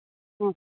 ಹ್ಞೂ